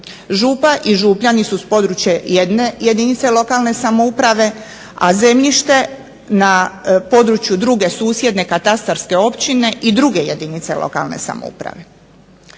Župa i župljani su s područje jedne jedinice lokalne samouprave, a zemljište na području druge susjedne katastarske općine i druge jedinice lokalne samouprave.